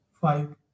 five